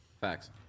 facts